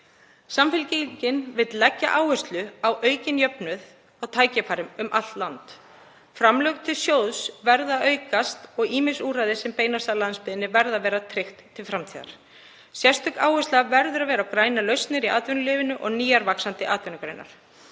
Samfylkingin vill leggja áherslu á aukinn jöfnuð á tækifærum um allt land. Framlög til sjóða verða að aukast og ýmis úrræði sem beinast að landsbyggðinni verða að vera tryggð til framtíðar. Sérstök áhersla verður að vera á grænar lausnir í atvinnulífinu og nýjar vaxandi atvinnugreinar.